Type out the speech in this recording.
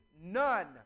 none